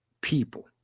people